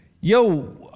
yo